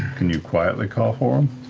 can you quietly call for him?